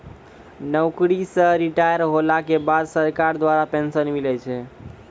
नौकरी से रिटायर होला के बाद सरकार द्वारा पेंशन मिलै छै